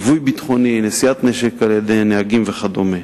ליווי ביטחוני, נשיאת נשק על-ידי נהגים וכדומה.